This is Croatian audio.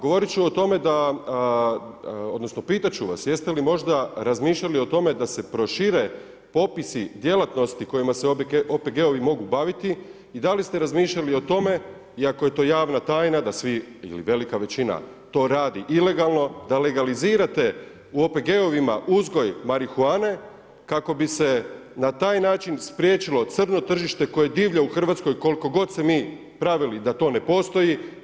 Govoriti ću o tome da, odnosno pitati ću vas jeste li možda razmišljali o tome da se prošire popisi djelatnosti kojima se OPG-ovi mogu baviti i da li ste razmišljali o tome, iako je to javna tajna da svi ili velika većina to radi ilegalno, da legalizirate u OPG-ovima uzgoj marihuane kako bi se na taj način spriječilo crno tržište koje divlja u Hrvatskoj koliko god se mi pravili da to ne postoji.